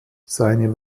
seine